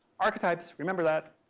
archetypes. remember that.